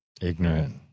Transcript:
Ignorant